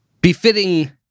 befitting